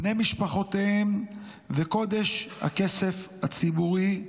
בני משפחותיהם וקודש הכסף הציבורי,